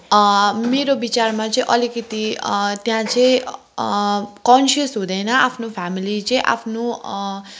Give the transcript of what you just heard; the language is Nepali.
मेरो विचारमा चाहिँ अलिकति त्यहाँ चाहिँ कन्सियस हुँदैन आफ्नो फेमिली चाहिँ आफ्नो